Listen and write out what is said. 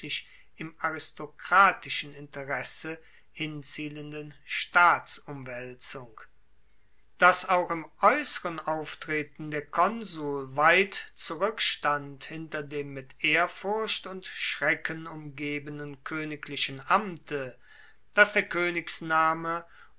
im aristokratischen interesse hinzielenden staatsumwaelzung dass auch im aeusseren auftreten der konsul weit zurueckstand hinter dem mit ehrfurcht und schrecken umgebenen koeniglichen amte dass der